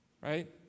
right